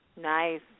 Nice